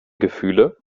gefühle